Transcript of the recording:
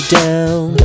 down